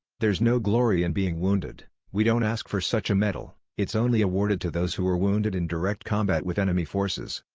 there's no glory in being wounded, we don't ask for such a medal, its only awarded to those who were wounded in direct combat with enemy forces.